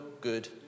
good